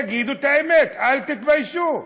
תגידו את האמת, אל תתביישו.